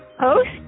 host